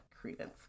credence